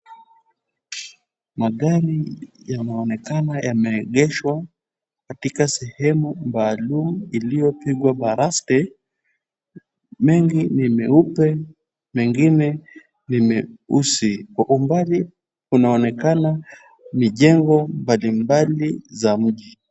Magari yanaonekana yameegeshwa katika sehemu maalum iliyopigwa baraste. Mengi ni meupe, mengine ni meusi. Kwa umbali unaonekana mijengo mbalimbali za mji.